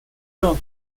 政府